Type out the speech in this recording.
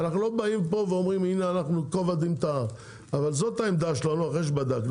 אנחנו לא באים פה ואומרים -- אבל זאת העמדה שלנו אחרי שבדקנו,